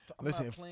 Listen